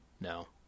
No